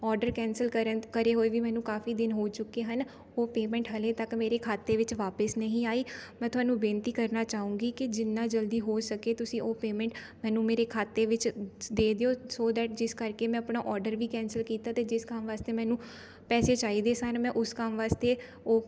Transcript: order cancel ਕਰਨ ਕਰੇ ਹੋਏ ਵੀ ਮੈਨੂੰ ਕਾਫ਼ੀ ਦਿਨ ਹੋ ਚੁੱਕੇ ਹਨ ਉਹ ਪੇਅਮੈਂਟ ਹਲੇ ਤੱਕ ਮੇਰੇ ਖਾਤੇ ਵਿੱਚ ਵਾਪਸ ਨਹੀਂ ਆਈ ਮੈਂ ਤੁਹਾਨੂੰ ਬੇਨਤੀ ਕਰਨਾ ਚਾਹੁੰਗੀ ਕਿ ਜਿੰਨਾ ਜਲਦੀ ਹੋ ਸਕੇ ਤੁਸੀਂ ਉਹ ਪੇਅਮੈਂਟ ਮੈਨੂੰ ਮੇਰੇ ਖਾਤੇ ਵਿੱਚ ਦੇ ਦਿਉ ਸੋ ਦੈਟ ਜਿਸ ਕਰਕੇ ਮੈਂ ਆਪਣਾ ਔਡਰ ਵੀ ਕੈਸਲ ਕੀਤਾ ਅਤੇ ਜਿਸ ਕੰਮ ਵਾਸਤੇ ਮੈਨੂੰ ਪੈਸੇ ਚਾਹੀਦੇ ਸਨ ਮੈਂ ਉਸ ਕੰਮ ਵਾਸਤੇ ਉਹ